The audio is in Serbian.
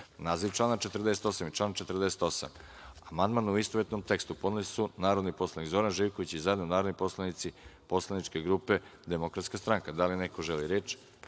naziv člana 48. i član 48. amandman, u istovetnom tekstu, podneli su narodni poslanik Zoran Živković, i zajedno narodni poslanici Poslaničke grupe DS.Da li neko želi reč?